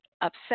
upset